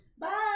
bye